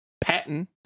Patton